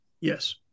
Yes